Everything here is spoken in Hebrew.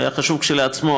זה היה חשוב כשלעצמו,